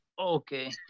Okay